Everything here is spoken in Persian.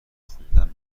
خوندن